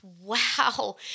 wow